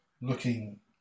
looking